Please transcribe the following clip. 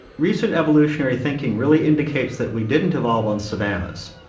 recent evolutionary thinking really indicates that we didn't evolve on savannahs,